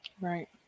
right